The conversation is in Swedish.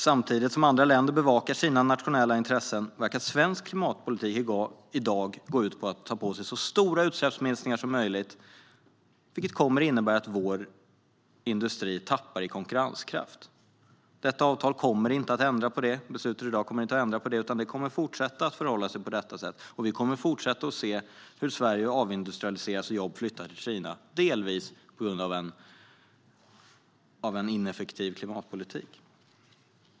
Samtidigt som andra länder bevakar sina nationella intressen verkar svensk klimatpolitik i dag gå ut på att ta på sig så stora utsläppsminskningar som möjligt, vilket kommer att innebära att vår industri tappar i konkurrenskraft. Detta avtal och beslutet i dag kommer inte att ändra på detta. Det kommer att fortsätta att förhålla sig på detta sätt. Vi kommer att fortsätta att se hur Sverige avindustrialiseras och jobb flyttar till Kina, delvis på grund av en ineffektiv klimatpolitik.